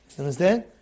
understand